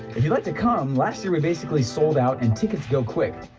if you'd like to come, last year we basically sold out and tickets go quick,